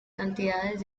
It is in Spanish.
cantidades